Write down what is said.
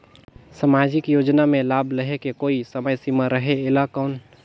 समाजिक योजना मे लाभ लहे के कोई समय सीमा रहे एला कौन?